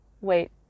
wait